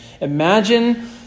Imagine